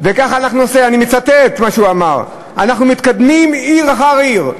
אני מצטט מה שהוא אמר: אנחנו מתקדמים עיר אחר עיר.